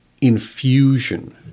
infusion